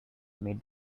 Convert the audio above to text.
made